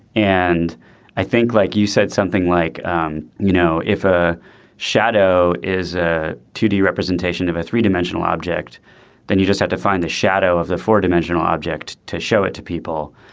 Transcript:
and i think like you said something like um you know if a shadow is a two d representation of a three dimensional dimensional object then you just have to find a shadow of the four dimensional object to show it to people.